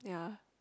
ya